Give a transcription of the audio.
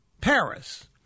Paris